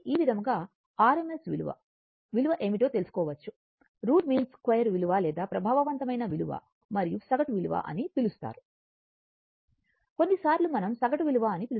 కాబట్టి ఈ విధంగా r m s విలువ విలువ ఏమిటో తెలుసుకోవచ్చు రూట్ మీన్ స్క్వేర్ విలువ లేదా ప్రభావవంతమైన విలువ మరియు సగటు విలువ అని పిలుస్తారు కొన్నిసార్లు మనం సగటు విలువ అని పిలుస్తాము